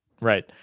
right